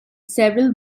several